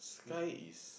sky is